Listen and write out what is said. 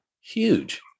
Huge